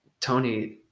Tony